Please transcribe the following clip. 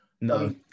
No